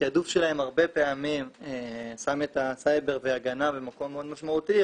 התעדוף שלהם הרבה פעמים שם את הסייבר וההגנה במקום מאוד משמעותי,